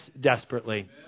desperately